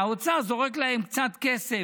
והאוצר זורק להם קצת כסף,